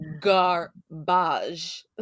garbage